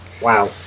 Wow